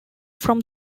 from